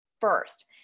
first